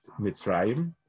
Mitzrayim